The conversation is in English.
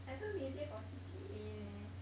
I too busy for C_C_A